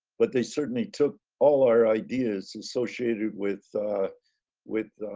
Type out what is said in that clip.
but they certainly took all our ideas associated with with